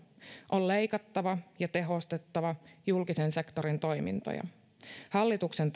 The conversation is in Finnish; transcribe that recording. on leikattava ja tehostettava julkisen sektorin toimintoja hallituksen